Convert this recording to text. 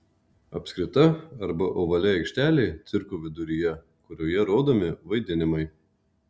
apskrita arba ovali aikštelė cirko viduryje kurioje rodomi vaidinimai